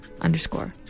underscore